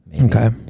Okay